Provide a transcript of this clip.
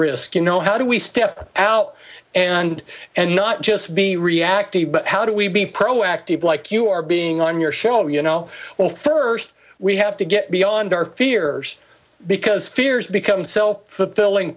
risk you know how do we step out and and not just be reactive but how do we be proactive like you are being on your show you know well first we have to get beyond our fear because fears become self fulfilling